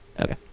Okay